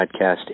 Podcast